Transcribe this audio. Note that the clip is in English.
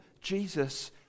Jesus